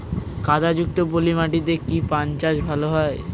কাদা যুক্ত পলি মাটিতে কি পান চাষ ভালো হবে?